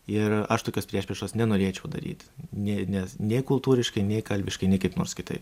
ir aš tokios priešpriešos nenorėčiau daryt nė nes nei kultūriškai nei kalbiškai nei kaip nors kitaip